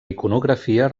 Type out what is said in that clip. iconografia